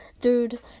dude